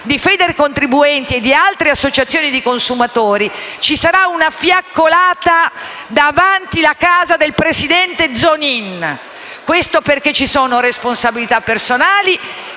di Federcontribuenti e di altre associazioni di consumatori, ci sarà una fiaccolata davanti alla casa del presidente Zonin, perché ci sono responsabilità personali,